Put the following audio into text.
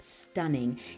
stunning